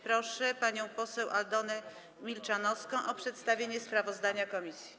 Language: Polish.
Proszę panią poseł Aldonę Milczanowską o przedstawienie sprawozdania komisji.